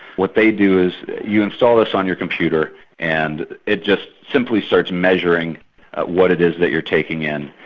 what they do is, you install this on your computer and it just simply starts measuring what it is that you're taking in,